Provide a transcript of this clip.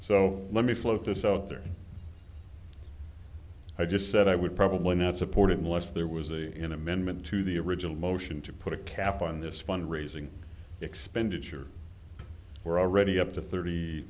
so let me float this out there i just said i would probably not support unless there was a in amendment to the original motion to put a cap on this fund raising expenditure we're already up to thirty